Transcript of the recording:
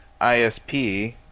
ISP